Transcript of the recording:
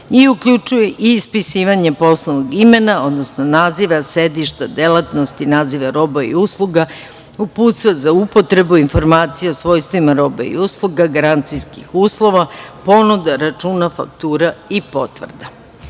i uključuje ispisivanje poslovnog imena, odnosno naziva sedišta delatnosti i naziva roba i usluga, uputstva za upotrebu, informacija o svojstvima roba i usluga, garancijskih uslova, ponuda, računa, faktura i potvrda. Drugi